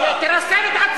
תרסן את עצמך.